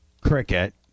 Cricket